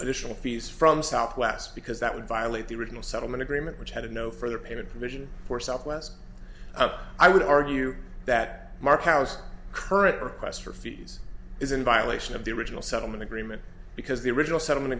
additional fees from southwest because that would violate the original settlement agreement which had no further payment provision for southwest i would argue that mark house current request for fees is in violation of the original settlement agreement because the original settlement